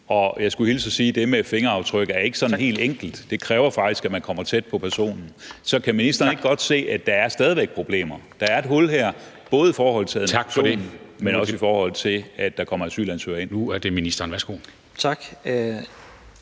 Jeg skulle hilse og sige, at det med fingeraftryk ikke er sådan helt enkelt. Det kræver faktisk, at man kommer tæt på personen. Så kan ministeren ikke godt se, at der stadig væk er problemer? Der er et hul her, både i forhold til administrationen, men også i forhold til at der kommer asylansøgere ind.